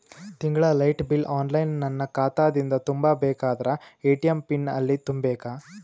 ತಿಂಗಳ light bill online ನನ್ನ ಖಾತಾ ದಿಂದ ತುಂಬಾ ಬೇಕಾದರ ಎ.ಟಿ.ಎಂ ಪಿನ್ ಎಲ್ಲಿ ತುಂಬೇಕ?